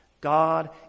God